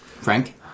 Frank